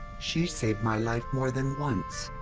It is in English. she saved my life more than once.